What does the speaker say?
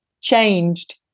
changed